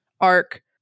arc